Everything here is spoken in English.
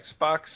Xbox